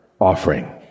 offering